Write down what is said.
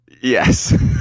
Yes